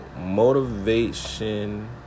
motivation